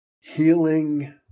Healing